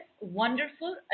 wonderful